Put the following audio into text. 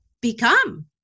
become